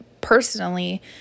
personally